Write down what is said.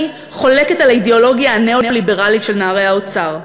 אני חולקת על האידיאולוגיה הניאו-ליברלית של נערי האוצר,